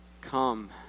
Come